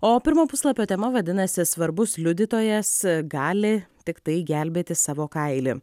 o pirmo puslapio tema vadinasi svarbus liudytojas gali tiktai gelbėti savo kailį